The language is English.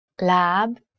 Lab